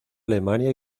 alemania